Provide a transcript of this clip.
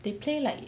they play like